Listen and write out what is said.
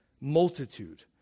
multitude